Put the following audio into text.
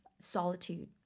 solitude